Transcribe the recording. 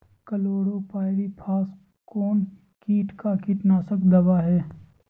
Chlorpyrifos कौन किट का कीटनाशक दवा है?